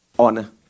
Honor